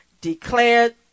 declared